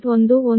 11 p